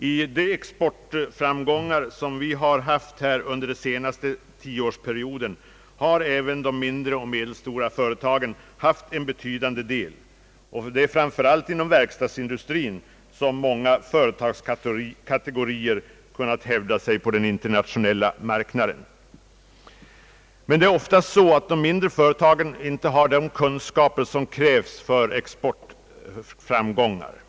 I de exportframgångar som vi har haft under den senaste tioårsperioden har även de mindre och medelstora företagen haft en betydande del. Det är framför allt inom verkstadsindustrien som denna företagskategori kunnat häv da sig på den internationella marknaden. Det är ofta så, att de mindre företagen inte har de kunskaper som krävs för exportframgångar.